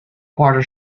quarter